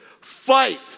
fight